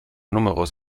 numerus